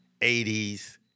80s